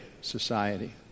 society